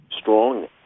strong